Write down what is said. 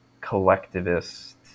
collectivist